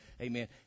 Amen